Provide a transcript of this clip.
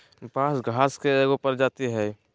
बांस घास के एगो प्रजाती हइ